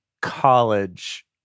college